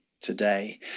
today